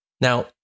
Now